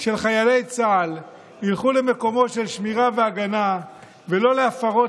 של חיילי צה"ל ילכו למקומות של שמירה והגנה ולא להפרות